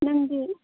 ꯅꯪꯗꯤ